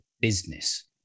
business